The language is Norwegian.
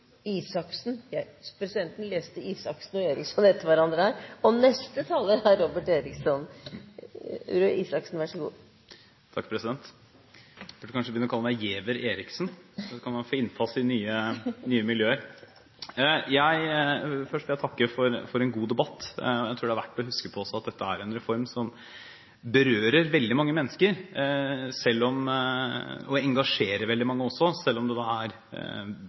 Isaksen. Presidenten så at Røe Isaksen og Eriksson er etter hverandre her. Neste taler etter Røe Isaksen er Robert Eriksson. Røe Isaksen – vær så god! Takk, president! Jeg burde kanskje begynne å kalle meg Giæver Eriksen, så man kan få innpass i nye miljøer. Først vil jeg takke for en god debatt. Jeg tror det er verdt å huske på at dette er en reform som berører og engasjerer veldig mange mennesker, selv om det bare er